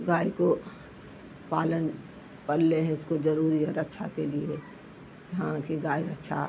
गाय को पालन पालने उसको जरूरी है रक्षा के लिए हाँ कि गाय रक्षा